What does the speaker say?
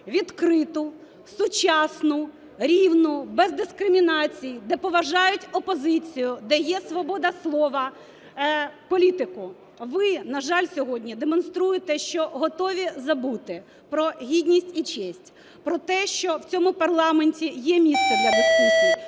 відкриту, сучасну, рівну, без дискримінації, де поважають опозицію, де є свобода слова, політику. Ви, на жаль, сьогодні демонструєте, що готові забути про гідність і честь, про те, що в цьому парламенті є місце для дискусій,